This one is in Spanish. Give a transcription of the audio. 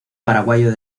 paraguayo